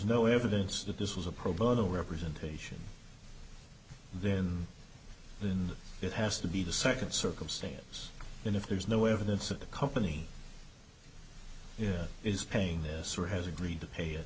no evidence that this was a pro bono representation then than it has to be the second circumstance then if there is no evidence that the company is paying this or has agreed to pay